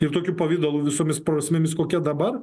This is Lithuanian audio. ir tokiu pavidalu visomis prasmėmis kokia dabar